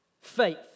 Faith